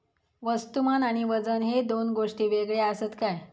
वस्तुमान आणि वजन हे दोन गोष्टी वेगळे आसत काय?